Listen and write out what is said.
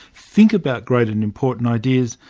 think about great and important ideas,